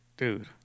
Dude